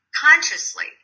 consciously